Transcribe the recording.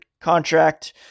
contract